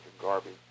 garbage